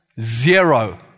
zero